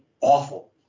awful